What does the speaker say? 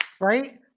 Right